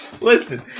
Listen